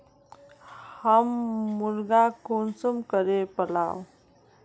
हम मुर्गा कुंसम करे पालव?